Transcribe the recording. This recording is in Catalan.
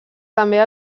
també